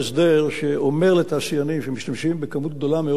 לתעשיינים שמשתמשים בכמות גדולה מאוד של חשמל,